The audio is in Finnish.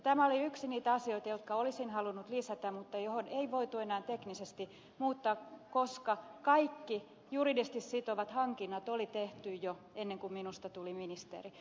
tämä oli yksi niitä asioita jotka olisin halunnut lisätä mutta joita ei voitu enää teknisesti muuttaa koska kaikki juridisesti sitovat hankinnat oli tehty jo ennen kuin minusta tuli ministeri